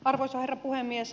arvoisa herra puhemies